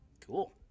Cool